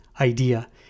idea